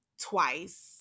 twice